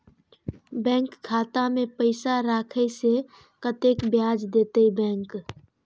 Bank खाता में पैसा राखे से कतेक ब्याज देते बैंक?